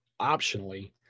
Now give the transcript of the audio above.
optionally